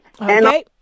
Okay